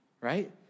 right